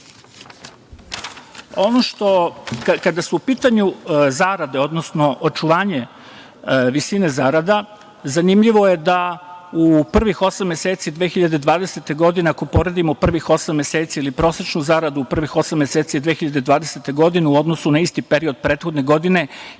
vlast. Kada su u pitanju zarade, odnosno očuvanje visine zarada, zanimljivo je da u prvih osam meseci 2020. godine, ako poredimo prvih osam meseci ili prosečnu zaradu u prvih osam meseci 2020. godine u odnosu na isti period prethodne godine,